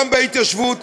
גם בהתיישבות,